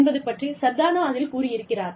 என்பது பற்றி சர்தானா அதில் கூறி இருக்கிறார்